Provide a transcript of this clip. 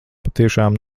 patiešām